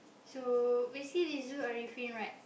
so basically this Zul-Ariffin right